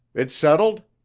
it's settled?